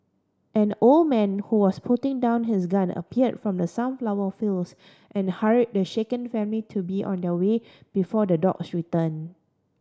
an old man who was putting down his gun appeared from the sunflower fields and hurried the shaken family to be on their way before the dogs return